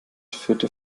führt